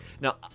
now